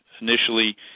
initially